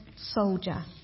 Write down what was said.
soldier